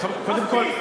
מספיק.